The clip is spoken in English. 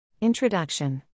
Introduction